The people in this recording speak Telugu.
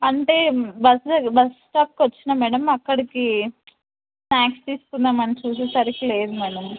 అంటే బస్ అది బస్ స్టాప్కి వచ్చిన మ్యాడమ్ అక్కడికి స్నాక్స్ తీసుకుందామని చూసేసరికి లేదు మ్యాడమ్